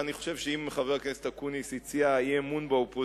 אני חושב שאם חבר הכנסת אקוניס הציע אי-אמון באופוזיציה,